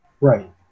Right